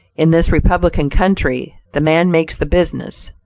in this republican country, the man makes the business.